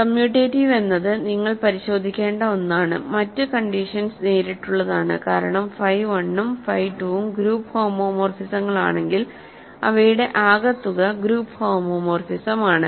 commutative എന്നത് നിങ്ങൾ പരിശോധിക്കേണ്ട ഒന്നാണ് മറ്റ് കണ്ടീഷൻസ് നേരിട്ടുള്ളതാണ് കാരണം ഫൈ 1 ഉം ഫൈ 2 ഉം ഗ്രൂപ്പ് ഹോമോമോർഫിസങ്ങളാണെങ്കിൽ അവയുടെ ആകെത്തുക ഗ്രൂപ്പ് ഹോമോമോർഫിസമാണ്